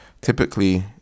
Typically